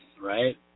Right